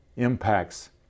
impacts